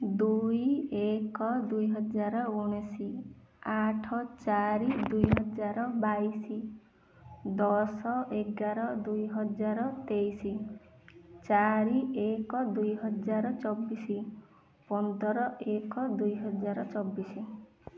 ଦୁଇ ଏକ ଦୁଇ ହଜାର ଉଣେଇଶି ଆଠ ଚାରି ଦୁଇ ହଜାର ବାଇଶି ଦଶ ଏଗାର ଦୁଇ ହଜାର ତେଇଶି ଚାରି ଏକ ଦୁଇ ହଜାର ଚବିଶି ପନ୍ଦର ଏକ ଦୁଇ ହଜାର ଚବିଶି